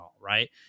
right